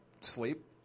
Sleep